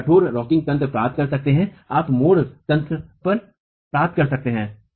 आप कठोरतारॉकिंग तंत्र प्राप्त कर सकते हैं आप मोड़ तंत्र पर प्राप्त कर सकते हैं